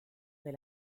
del